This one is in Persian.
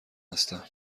هستم